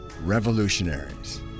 Revolutionaries